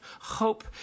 hope